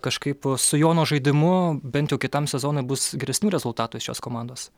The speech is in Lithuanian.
kažkaip su jono žaidimu bent jau kitam sezonui bus geresni rezultatai šios komandos